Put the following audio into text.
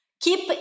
keep